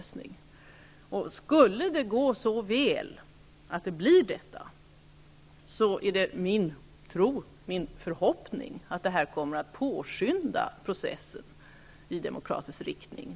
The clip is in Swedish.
Skulle det gå så väl att det blir detta, är det min tro och min förhoppning att det kommer att påskynda processen i demokratisk riktning.